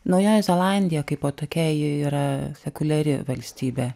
naująja zelandija kaipo tokia ji yra sekuliari valstybė